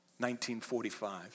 1945